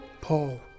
Paul